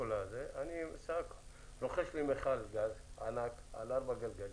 אז אני רוכש לי מכל גז ענק על ארבעה גלגלים,